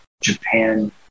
Japan